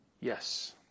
yes